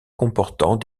comportant